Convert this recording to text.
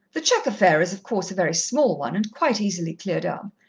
the cheque affair is, of course, a very small one, and quite easily cleared up.